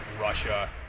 Russia